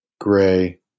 gray